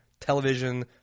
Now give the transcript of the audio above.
television